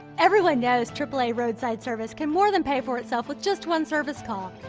everyone knows triple a roadside service can more than pay for itself with just one service call.